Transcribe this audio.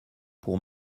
pour